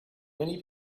many